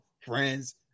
friends